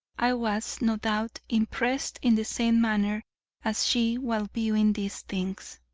i was, no doubt, impressed in the same manner as she while viewing these things.